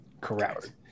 Correct